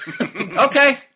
Okay